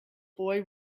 boy